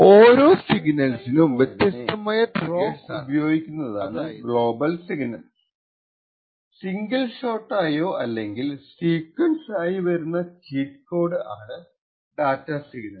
ഓരോ സിഗ്നൽസിനും വ്യത്യസ്താമായ ട്രിഗേര്സ് ആണ് അതായതു ടിക്കിങ് ടൈം ബോംബിന് ക്ലോക്ക് ഉപേയാഗിക്കുന്നതാണ് ഗ്ലോബൽ സിഗ്നൽസ് സിംഗിൾ ഷോട്ട് ആയോ അല്ലെങ്കിൽ സീക്വൻസ് ആയി വരുന്ന ചീറ്റ് കോഡ് ആണ് ഡാറ്റ സിഗ്നൽസ്